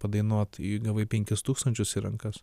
padainuot ir gavai penkis tūkstančius į rankas